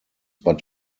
but